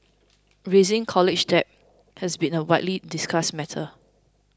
rising college debt has been a widely discussed matter